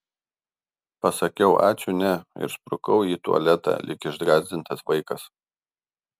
pasakiau ačiū ne ir sprukau į tualetą lyg išgąsdintas vaikas